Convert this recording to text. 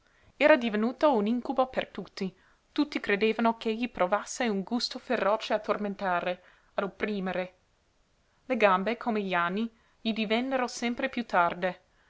era divenuto un incubo per tutti tutti credevano ch'egli provasse un gusto feroce a tormentare a opprimere le gambe con gli anni gli divennero sempre piú tarde